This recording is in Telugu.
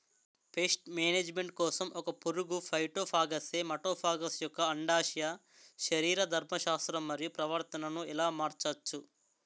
పేస్ట్ మేనేజ్మెంట్ కోసం ఒక పురుగు ఫైటోఫాగస్హె మటోఫాగస్ యెక్క అండాశయ శరీరధర్మ శాస్త్రం మరియు ప్రవర్తనను ఎలా మార్చచ్చు?